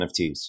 NFTs